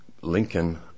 Lincoln